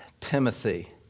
Timothy